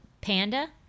Panda